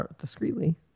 discreetly